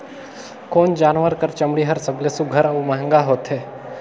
कोन जानवर कर चमड़ी हर सबले सुघ्घर और महंगा होथे?